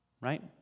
right